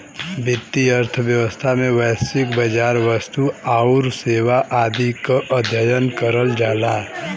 वित्तीय अर्थशास्त्र में वैश्विक बाजार, वस्तु आउर सेवा आदि क अध्ययन करल जाला